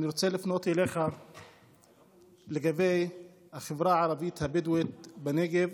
אני רוצה לפנות אליך לגבי החברה הערבית הבדואית בנגב